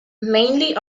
mainly